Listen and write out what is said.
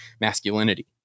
masculinity